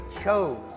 chose